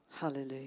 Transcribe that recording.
Hallelujah